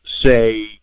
say